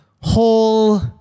whole